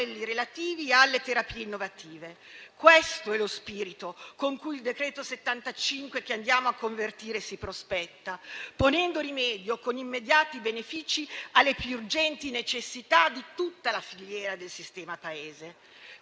relativi alle terapie innovative. Questo è lo spirito con cui il decreto-legge n. 75 che andiamo a convertire si prospetta, ponendo rimedio con immediati benefici alle più urgenti necessità di tutta la filiera del sistema Paese.